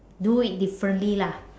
do it differently lah